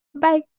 Bye